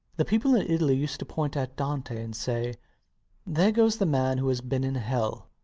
the people in italy used to point at dante and say there goes the man who has been in hell.